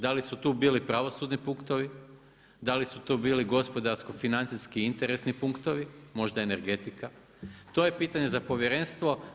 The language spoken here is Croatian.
Da li su to bili pravosudni punktovi, da li su to bili gospodarsko financijski interni punktovi, možda energetika, to je pitanje za povjerenstvo.